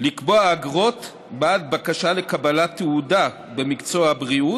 לקבוע אגרות בעד בקשה לקבלת תעודה במקצוע בריאות,